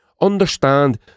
Understand